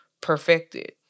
perfected